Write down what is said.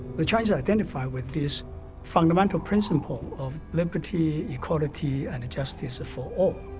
the chinese identify with this fundamental principle of liberty, equality, and justice for all,